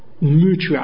mutual